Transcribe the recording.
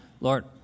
Lord